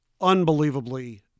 unbelievably